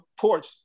porch